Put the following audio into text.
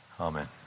Amen